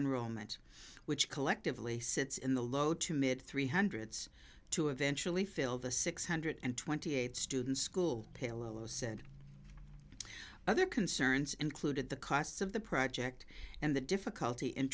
and which collectively sits in the low to mid three hundreds to eventually fill the six hundred and twenty eight students school pillows and other concerns included the costs of the project and the difficulty in